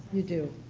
you do.